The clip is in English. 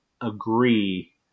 agree